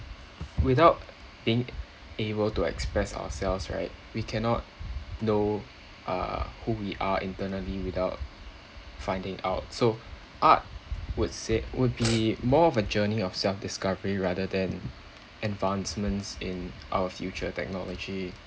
without being able to express ourselves right we cannot know uh who we are internally without finding out so art would sa~ would be more of a journey of self discovery rather than advancements in our future technology